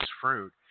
fruit